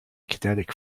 kinetic